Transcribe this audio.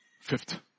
Fifth